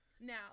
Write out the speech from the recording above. now